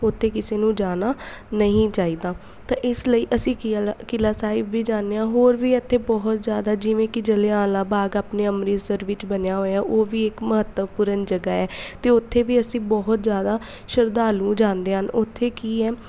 ਉੱਥੇ ਕਿਸੇ ਨੂੰ ਜਾਣਾ ਨਹੀਂ ਚਾਹੀਦਾ ਤਾਂ ਇਸ ਲਈ ਅਸੀਂ ਕਿਲ੍ਹਾ ਕਿਲ੍ਹਾ ਸਾਹਿਬ ਵੀ ਜਾਂਦੇ ਹਾਂ ਹੋਰ ਵੀ ਇੱਥੇ ਬਹੁਤ ਜ਼ਿਆਦਾ ਜਿਵੇਂ ਕਿ ਜਲ੍ਹਿਆਂ ਵਾਲਾ ਬਾਗ ਆਪਣੇ ਅੰਮ੍ਰਿਤਸਰ ਵਿੱਚ ਬਣਿਆ ਹੋਇਆ ਉਹ ਵੀ ਇੱਕ ਮਹੱਤਵਪੂਰਨ ਜਗ੍ਹਾ ਹੈ ਅਤੇ ਉੱਥੇ ਵੀ ਅਸੀਂ ਬਹੁਤ ਜ਼ਿਆਦਾ ਸ਼ਰਧਾਲੂ ਜਾਂਦੇ ਹਨ ਉੱਥੇ ਕੀ ਹੈ